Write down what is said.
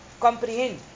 comprehend